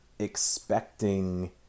expecting